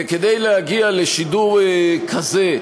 וכדי להגיע לשידור כזה,